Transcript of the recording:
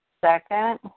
second